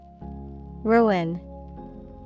Ruin